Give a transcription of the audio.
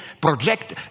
project